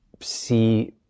see